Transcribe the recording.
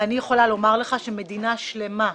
אני יכולה לומר לך שמדינה שלמה,